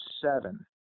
seven